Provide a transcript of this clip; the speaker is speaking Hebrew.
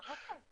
אה, אוקיי.